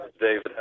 David